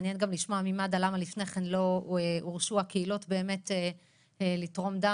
מעניין גם לשמוע ממד"א למה לפני כן הקהילות לא הורשו לתרום דם.